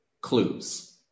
clues